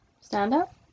Stand-up